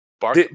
Bark